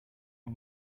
you